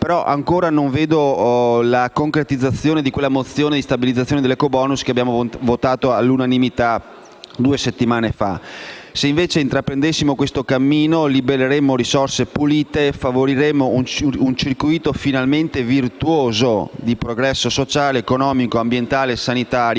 ma ancora non vedo la concretizzazione di quella mozione per la stabilizzazione dell'ecobonus che abbiamo votato all'unanimità due settimane fa. Se invece intraprendessimo questo cammino, libereremmo risorse pulite e favoriremmo un circuito finalmente virtuoso di progresso sociale, economico, ambientale e sanitario,